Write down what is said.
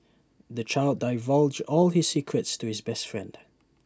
the child divulged all his secrets to his best friend